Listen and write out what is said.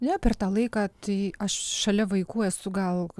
ne per tą laiką tai aš šalia vaikų esu gal